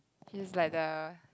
she's like the